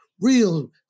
Real